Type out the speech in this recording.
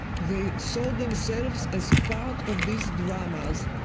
they saw themselves as part of these dramas,